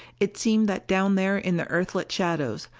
it seemed that down there in the earthlit shadows,